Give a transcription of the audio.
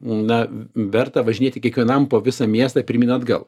na verta važinėti kiekvienam po visą miestą pirmyn atgal